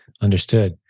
Understood